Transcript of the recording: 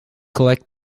collect